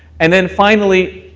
and then, finally,